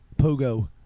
Pogo